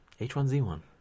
H1Z1